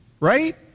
Right